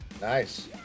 Nice